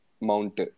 Mount